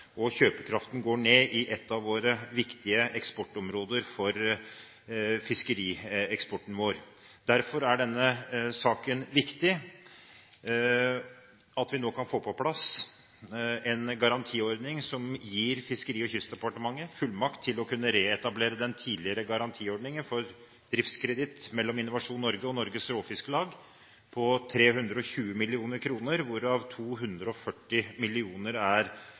og kjøpekraften går ned i ett av våre viktige områder for fiskerieksport. Derfor er det viktig at vi nå kan få på plass en garantiordning som gir Fiskeri- og kystdepartementet fullmakt til å kunne reetablere den tidligere garantiordningen for driftskreditt mellom Innovasjon Norge og Norges Råfisklag på 320 mill. kr, hvorav 240 mill. kr er